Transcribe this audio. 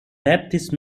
baptist